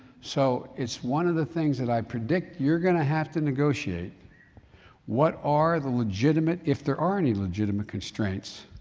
so, it's one of the things that i predict you're going to have to negotiate what are the legitimate, if there are any legitimate constraints,